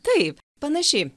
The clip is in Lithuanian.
taip panašiai